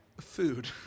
food